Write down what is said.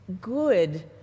good